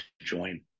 join